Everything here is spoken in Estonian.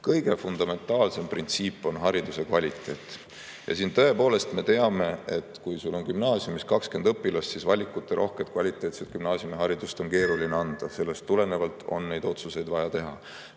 kõige fundamentaalsem printsiip on hariduse kvaliteet. Tõepoolest, me teame, et kui sul on gümnaasiumis 20 õpilast, siis valikurohket kvaliteetset gümnaasiumiharidust on keeruline anda. Sellest tulenevalt on neid otsuseid vaja teha.